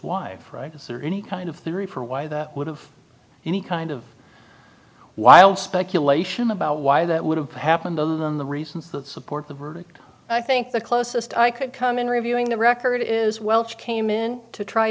or any kind of theory for why that would have any kind of wild speculation about why that would have happened other than the reasons that support the verdict i think the closest i could come in reviewing the record is welch came in to try